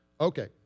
Okay